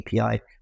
API